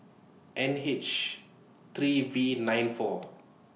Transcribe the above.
N H three V nine four